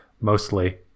mostly